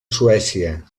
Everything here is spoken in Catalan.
suècia